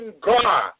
God